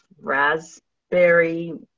raspberry